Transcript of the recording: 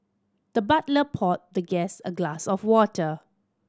the butler poured the guest a glass of water